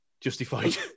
justified